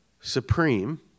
supreme